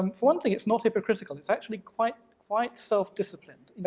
um one thing, it's not hypocritical. it's actually quite quite self disciplined.